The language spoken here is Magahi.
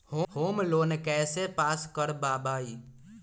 होम लोन कैसे पास कर बाबई?